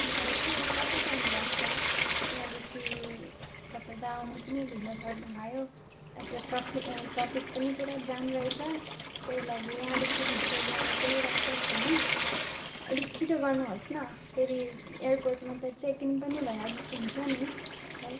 दाजु कति टाइम लाग्छ यहाँदेखि तपाईँ त आउन पनि ढिलो गर्नु भयो त ट्रफि ट्राफिक पनि पुरा जाम रहेछ त्यही लागि यहाँदेखि भित्र जाने कुनै रस्ता छैन अलिक छिटो गर्नु होस् न फेरि एयरपोर्टमा त चेक इन पनि भइरहेको हुन्छ नि है